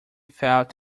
felt